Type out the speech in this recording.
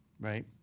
right